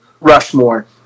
Rushmore